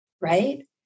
right